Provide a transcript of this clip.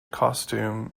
costume